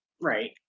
Right